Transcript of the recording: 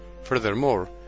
Furthermore